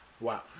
wow